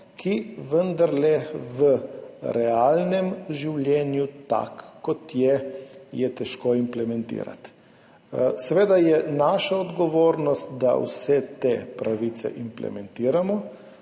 ki ga je v realnem življenju, takega kot je, težko implementirati. Seveda je naša odgovornost, da vse te pravice implementiramo.